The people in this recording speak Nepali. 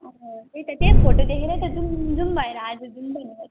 अँ त्यही त त्यही फोटो देखेर त जाऊँ जाऊँ भएर आज जाऔँ भनेको